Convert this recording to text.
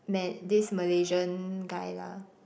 man this Malaysian guy lah